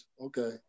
okay